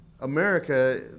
America